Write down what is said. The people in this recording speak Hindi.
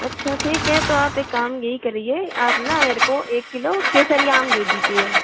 अच्छा ठीक है तो आप एक काम ये करिए आप ना मेरे को एक किलो केसरिया आम दे दीजिए